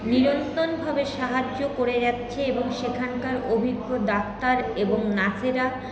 নিরন্তরভাবে সাহায্য করে যাচ্ছে এবং সেখানকার অভিজ্ঞ ডাক্তার এবং নার্সেরা